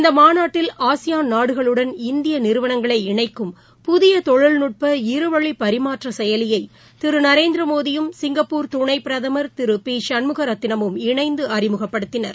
இந்தமாநாட்டில் ஆசியான் நாடுகளுடன் இந்தியநிறுவனங்களை இணைக்கும் புதியதொழில்நுட்ப இருவழிபரிமாற்றசெயலியை திருநரேந்திரமோடியும் சிங்கப்பூர் துணைபிரதமர் திருபிசண்முகரத்தினமும் இணைந்துஅறிமுகப்படுத்தினர்